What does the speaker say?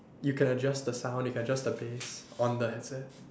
you can adjust the sound you can adjust the bass on the headset